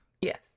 Yes